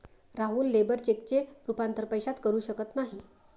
Rahul labour चेकचे रूपांतर पैशात करू शकत नाही